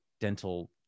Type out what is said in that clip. dental